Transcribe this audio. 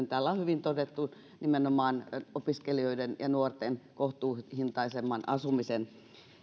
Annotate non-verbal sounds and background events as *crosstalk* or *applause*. *unintelligible* täällä on hyvin todettu nimenomaan opiskelijoiden ja nuorten kohtuuhintaisemman asumisen